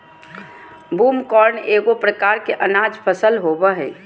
broomcorn एगो प्रकार के अनाज फसल होबो हइ